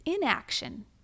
inaction